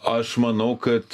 aš manau kad